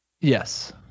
Yes